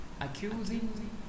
accusing